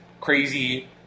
crazy